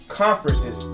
conferences